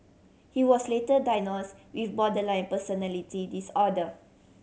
he was later diagnose with borderline personality disorder